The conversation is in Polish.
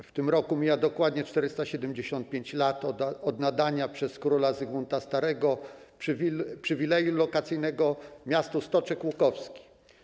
W tym roku mija dokładnie 475 lat od nadania przez króla Zygmunta Starego przywileju lokacyjnego miastu Stoczek Łukowski.